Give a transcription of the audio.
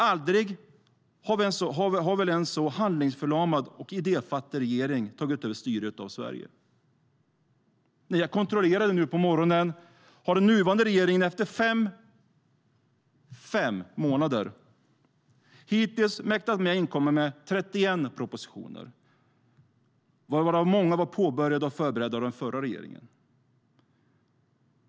Aldrig har väl en så handlingsförlamad och idéfattig regering tagit över styret av Sverige.När jag kontrollerade nu på morgonen har den nuvarande regeringen efter fem månader hittills mäktat med att lägga fram 31 propositioner, varav många är påbörjade och förberedda av den förra regeringen.